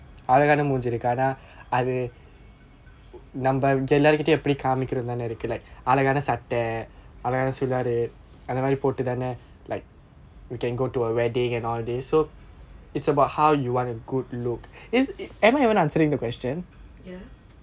ya